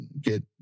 get